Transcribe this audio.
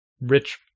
rich